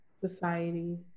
society